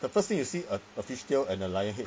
the first thing you see a a fish tail an a lion head